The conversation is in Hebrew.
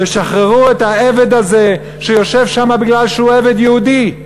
תשחררו את העבד הזה שיושב שם מכיוון שהוא עבד יהודי,